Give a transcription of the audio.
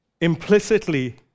implicitly